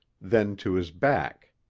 then to his back.